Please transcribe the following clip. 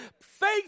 Faith